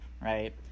right